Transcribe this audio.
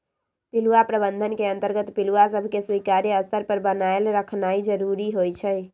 पिलुआ प्रबंधन के अंतर्गत पिलुआ सभके स्वीकार्य स्तर पर बनाएल रखनाइ जरूरी होइ छइ